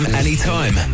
anytime